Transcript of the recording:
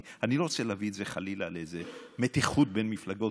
אני לא רוצה להביא את זה חלילה לאיזו מתיחות בין מפלגות,